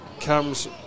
comes